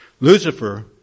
Lucifer